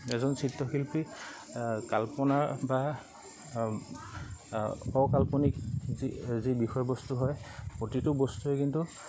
এজন চিত্ৰশিল্পী কল্পনা বা অকাল্পনিক যি যি বিষয়বস্তু হয় প্ৰতিটো বস্তুৱে কিন্তু